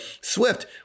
Swift